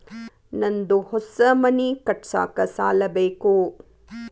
ನಂದು ಹೊಸ ಮನಿ ಕಟ್ಸಾಕ್ ಸಾಲ ಬೇಕು